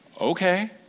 Okay